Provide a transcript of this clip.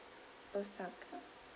osaka